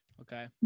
Okay